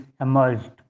emerged